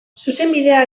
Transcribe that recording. zuzenbidea